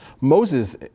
Moses